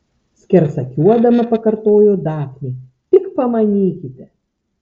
skersakiuodama pakartojo dafnė tik pamanykite